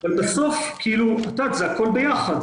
אבל בסוף זה הכול ביחד,